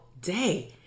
day